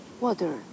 water